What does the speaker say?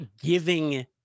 giving